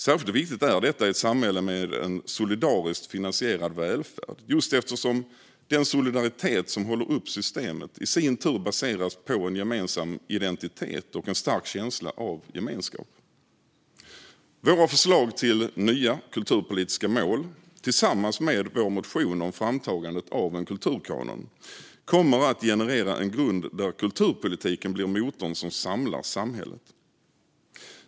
Särskilt viktigt är detta i ett samhälle med en solidariskt finansierad välfärd, eftersom den solidaritet som håller uppe systemet i sin tur baseras på en gemensam identitet och en stark känsla av gemenskap. Våra förslag till nya kulturpolitiska mål tillsammans med vår motion om framtagandet av en kulturkanon kommer att generera en grund där kulturpolitiken blir motorn som samlar samhället.